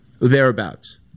thereabouts